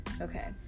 Okay